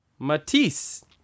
Matisse